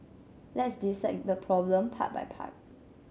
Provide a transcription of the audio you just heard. let's dissect the problem part by part